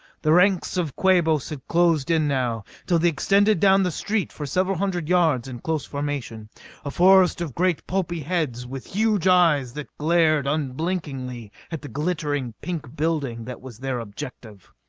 the ranks of quabos had closed in now, till they extended down the street for several hundred yards in close formation a forest of great pulpy heads with huge eyes that glared unblinkingly at the glittering, pink building that was their objective.